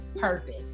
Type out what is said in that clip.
purpose